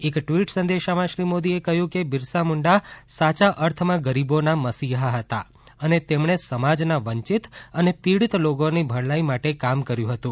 એક ટ્વીટ સંદેશમાં શ્રી મોદીએ કહ્યું કે બિરસામુંડા સાચા અર્થમાં ગરીબોના મસીહા હતા અને તેમણે સમાજના વંચિત અને પીડિત લોકોની ભલાઇ માટે કામ કર્યું હતું